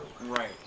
Right